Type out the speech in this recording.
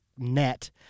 net